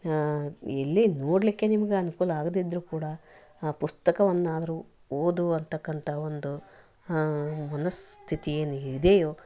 ಇಲ್ಲಿ ನೋಡಲಿಕ್ಕೆ ನಿಮ್ಗೆ ಅನುಕೂಲ ಆಗದಿದ್ದರೂ ಕೂಡ ಆ ಪುಸ್ತಕವನ್ನಾದರೂ ಓದುವಂತಕ್ಕಂಥ ಒಂದು ಮನಸ್ಥಿತಿ ಏನಿದೆಯೋ